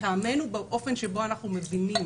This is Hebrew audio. לטעמנו באופן שבו אנחנו מבינים